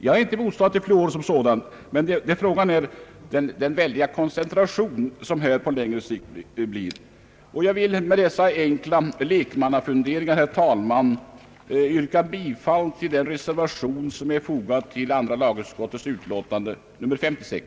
Jag är inte motståndare till fluoren som sådan, men frågan gäller den väldiga koncentration som på längre sikt blir resultatet av dricksvattenfluoridering. Med dessa enkla lekmannafunderingar, herr talman, vill jag yrka bifall till den reservation som är fogad vid andra lagutskottets utlåtande nr 56.